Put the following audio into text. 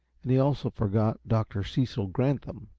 and he also forgot dr. cecil granthum,